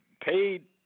paid